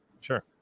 sure